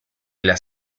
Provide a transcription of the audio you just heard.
las